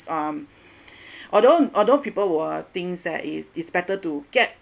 um although although people would uh think that is is better to get